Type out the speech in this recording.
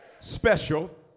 special